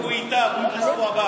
הוא איתם, הוא עם מנסור עבאס.